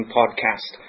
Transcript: podcast